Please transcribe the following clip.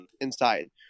inside